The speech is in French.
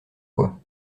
quoi